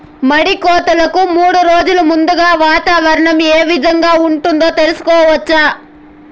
మడి కోతలకు మూడు రోజులు ముందుగా వాతావరణం ఏ విధంగా ఉంటుంది, తెలుసుకోవచ్చా?